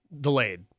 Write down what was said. delayed